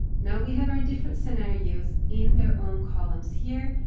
now we have our different scenarios in their own columns here,